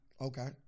Okay